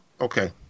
Okay